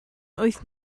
wyth